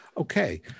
Okay